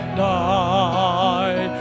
die